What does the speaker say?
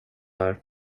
här